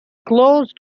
closed